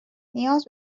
نیاز